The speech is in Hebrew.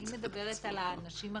אני מדברת על האנשים הרגילים,